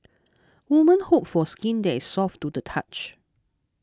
women hope for skin that is soft to the touch